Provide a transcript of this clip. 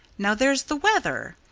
now, there's the weather!